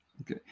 Okay